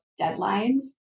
deadlines